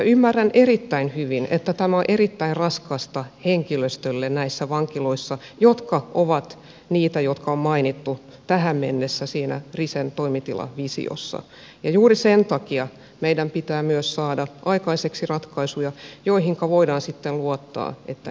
ymmärrän erittäin hyvin että tämä on erittäin raskasta henkilöstölle näissä vankiloissa jotka ovat niitä jotka on mainittu tähän mennessä siinä risen toimitilavisiossa ja juuri sen takia meidän pitää myös saada aikaiseksi ratkaisuja joihinka voidaan sitten luottaa että ne pitävät